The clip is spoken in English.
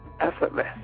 effortless